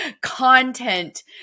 content